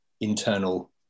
internal